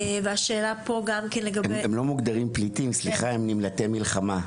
סליחה, הם לא נקראים פליטים אלא נמלטי מלחמה.